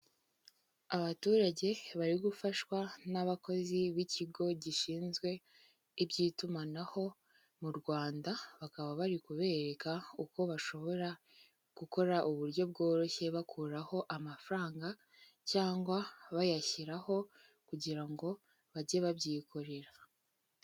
Abaturage bari gufashwa n'abakozi b'ikigo gishinzwe iby'itumanaho mu Rwanda, bakaba bari kubereka uko bashobora gukora uburyo bworoshye bakuraho amafaranga cyangwa bayashyiraho kugira ngo bajye babyikorera.